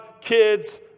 kids